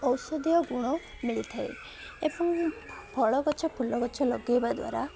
ଔଷଧୀୟ ଗୁଣ ମିଳିଥାଏ ଏବଂ ଫଳ ଗଛ ଫୁଲ ଗଛ ଲଗେଇବା ଦ୍ୱାରା